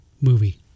movie